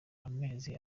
amezi